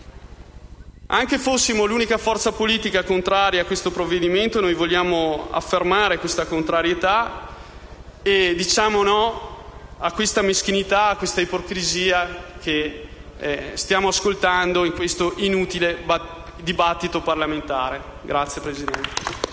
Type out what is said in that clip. Anche se fossimo l'unica forza politica contraria al provvedimento, noi vogliamo affermare la nostra contrarietà e diciamo no alle meschinità e all'ipocrisia che stiamo ascoltando in questo inutile dibattito parlamentare. *(Applausi